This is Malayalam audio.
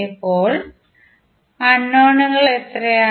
ഇപ്പോൾ അൺനോണുകൾ എത്രയാണ്